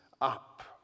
up